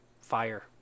fire